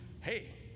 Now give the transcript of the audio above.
hey